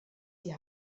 die